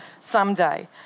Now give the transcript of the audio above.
someday